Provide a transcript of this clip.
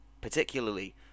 particularly